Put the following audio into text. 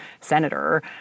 senator